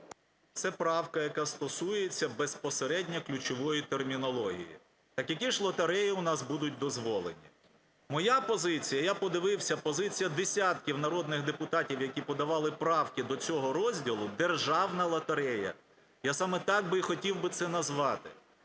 Це правка, яка стосується безпосередньо ключової термінології. Так які ж лотереї у нас будуть дозволені? Моя позиція. Я подивився, позиція десятків народних депутатів, які подавали правки до цього розділу, - державна лотерея. Я саме так і хотів би це назвати.